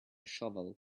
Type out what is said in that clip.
shovel